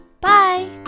Bye